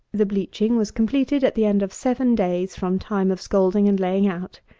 the bleaching was completed at the end of seven days from time of scalding and laying out.